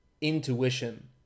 intuition